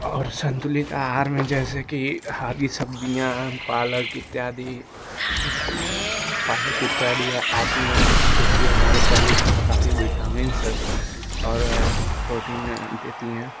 और सन्तुलित आहार में जैसे कि हरी सब्ज़ियाँ पालक इत्यादि पालक इत्यादि आती हैं जो कि हमारे शरीर को काफ़ी विटामिन सब और प्रोटीन देती हैं